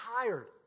tired